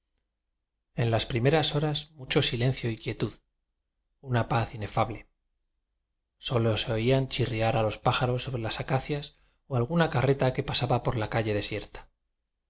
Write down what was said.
n las prim eras horas m ucho silencio y quietud una paz inefable solo se oían chirriar a los pájaros sobre las acacias o alguna carreta que pasaba por la calle de